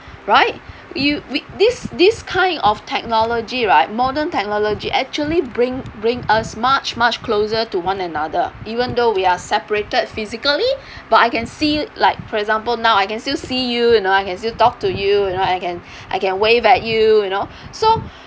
right you we this this kind of technology right modern technology actually bring bring us much much closer to one another even though we are separated physically but I can see like for example now I can still see you you know I can still talk to you you know I can I can wave at you you know so